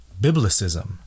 biblicism